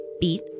Beat